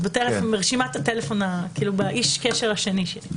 מאיש קשר השני שלי בטלפון.